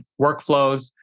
workflows